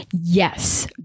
yes